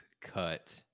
cut